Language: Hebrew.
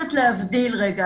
מבקשת להבדיל רגע.